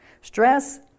Stress